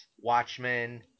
Watchmen